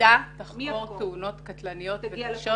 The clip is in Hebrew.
היחידה תחקור תאונות קטלניות וקשות.